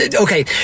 Okay